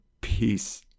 peace